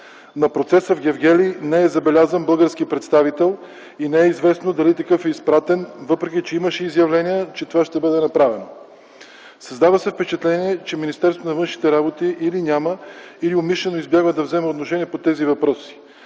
На процеса в Гевгели не е забелязан български представител и не е известно дали такъв е изпратен, въпреки че имаше изявления, че това ще бъде направено. Създава се впечатление, че Министерството на външните работи или няма, или умишлено избягва да вземе отношение по тези въпроси.